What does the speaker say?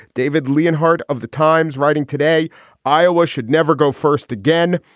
david lee in heart of the times writing today iowa should never go first again.